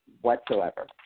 whatsoever